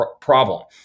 problem